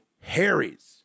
Harry's